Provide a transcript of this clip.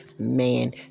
man